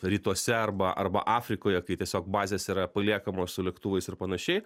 rytuose arba arba afrikoje kai tiesiog bazės yra paliekamos su lėktuvais ir panašiai